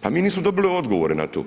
Pa mi nismo dobili odgovore na to,